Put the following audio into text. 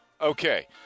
Okay